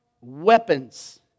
weapons